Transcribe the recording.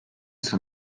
zur